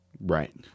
Right